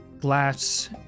glass